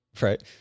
right